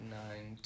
nine